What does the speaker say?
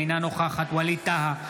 אינה נוכחת ווליד טאהא,